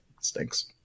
stinks